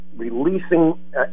releasing